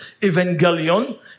Evangelion